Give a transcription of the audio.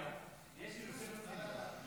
סימון,